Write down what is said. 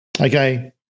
Okay